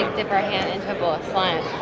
dip our hand into a bowl